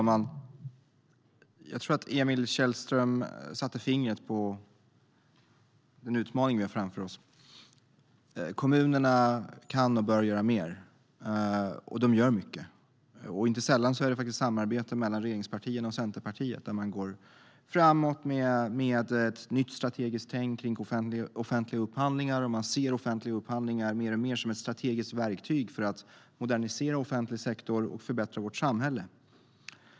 Herr talman! Emil Källström satte nog fingret på den utmaning som vi har framför oss. Kommunerna kan och bör göra mer. De gör mycket och inte sällan i samarbete mellan regeringspartierna och Centerpartiet. Man går framåt med ett nytt strategiskt tänk kring offentliga upphandlingar. Man ser offentliga upphandlingar mer och mer som ett strategiskt verktyg för att modernisera offentlig sektor och förbättra vårt samhälle.